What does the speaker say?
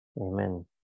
Amen